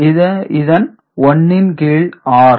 இதன் 1 இன் கீழ் r